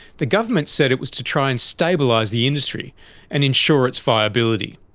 the governments said it was to try and stabilise the industry and ensure its viability.